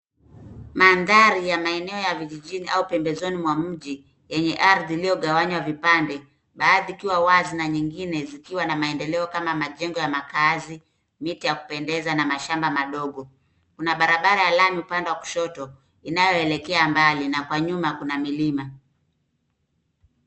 Mandhari ya maeneo ya vijijini au pembezoni mwa mji enye ardhi iliogawanywa vipande baadhi kiwa wazi na nyingine zikiwa na maendeleo kama majengo ya makaazi, miti ya kupendeza na mashamba madogo. Kuna barabara ya lami upanda kushoto inayo elekea mbali na kwa nyuma kuna milima.